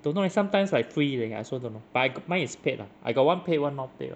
don't know leh sometimes like free leh I also don't know but I got mine is paid lah I got one paid [one] not paid [one]